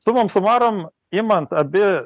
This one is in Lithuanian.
sumom sumarum imant abi